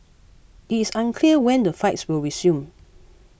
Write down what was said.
it is unclear when the flights will resume